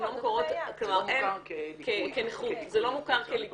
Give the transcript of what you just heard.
זה לא מוכר כליקוי.